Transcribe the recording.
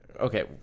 Okay